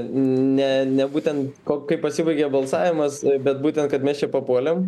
ne ne būtent ko kaip pasibaigė balsavimas e bet būtent kad mes čia papuolėm